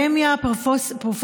יודעים מה?